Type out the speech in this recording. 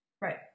Right